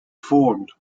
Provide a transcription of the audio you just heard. formed